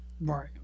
right